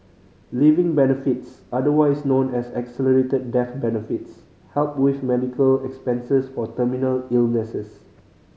living benefits otherwise known as accelerated death benefits help with medical expenses for terminal illnesses